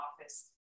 office